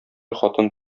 хатын